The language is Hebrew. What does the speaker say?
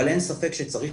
אבל אין ספק שצריך